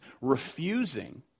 refusing